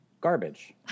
garbage